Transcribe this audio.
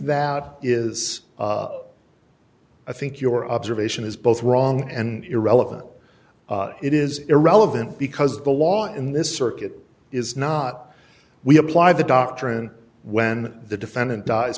that is i think your observation is both wrong and irrelevant it is irrelevant because the law in this circuit is not we apply the doctrine when the defendant dies